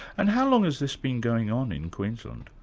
and how long has this been going on in queensland?